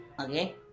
Okay